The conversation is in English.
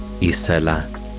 Isela